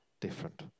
different